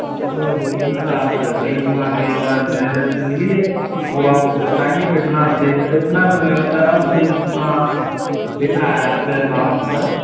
हाँ तो वो तो सर आप बैंक में आके एक बार मैनेजर से मिलिए वो आपको बताएंगे कितना दे इतना तो मैं बता रहा हूँ मुझे जितना दिख रहा है आपके अकाउंट पर